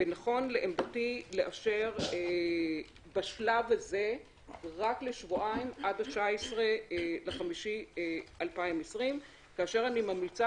ונכון לעמדתי לאשר בשלב הזה רק לשבועיים עד ה-19.5.2020 כאשר אני ממליצה